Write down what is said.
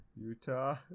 Utah